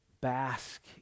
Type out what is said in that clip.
bask